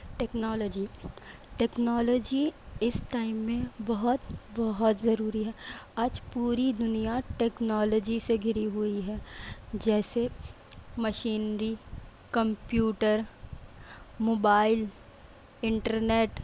technology technology اس time میں بہت بہت ضروری ہے آج پوری دنیا ٹیکنالوجی سے گھری ہوئی ہے جیسے مشینری کمپیوٹر موبائل انٹرنیٹ